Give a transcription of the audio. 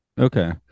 Okay